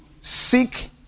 Seek